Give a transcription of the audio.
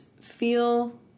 feel